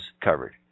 covered